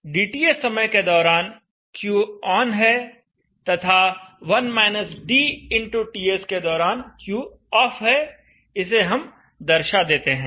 dTs समय के दौरान Q ऑन है तथा TS के दौरान Q ऑफ है इसे हम दर्शा देते हैं